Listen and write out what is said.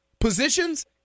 positions